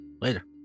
Later